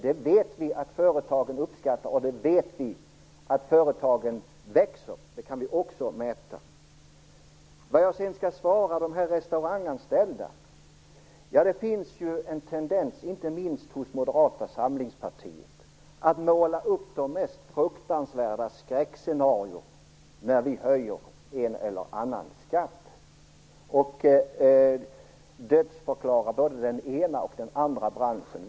Vi vet att företagen uppskattar detta och att de växer - det kan vi också mäta. Carl Erik Hedlund frågar vad jag sedan skall svara de restauranganställda. Det finns en tendens, inte minst hos Moderata samlingspartiet, att måla upp de mest fruktansvärda skräckscenarion när vi höjer en eller annan skatt och att dödförklara både den ena och den andra branschen.